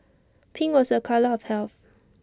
pink was A colour of health